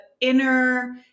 inner